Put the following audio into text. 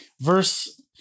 verse